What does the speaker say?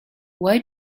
why